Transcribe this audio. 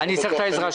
אני צריך את העזרה שלך.